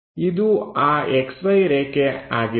ಇದು ಆ XY ರೇಖೆ ಆಗಿದೆ